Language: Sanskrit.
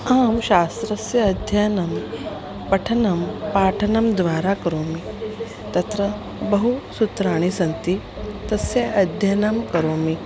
अहं शास्त्रस्य अध्ययनं पठनं पाठनं द्वारा करोमि तत्र बहूनि सूत्राणि सन्ति तस्य अध्ययनं करोमि